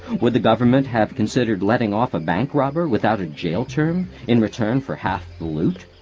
would the government have considered letting off a bank robber without a jail term in return for half the loot?